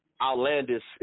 outlandish